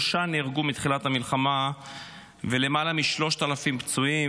שנהרגו מתחילת המלחמה ולמעלה מ-3,000 פצועים,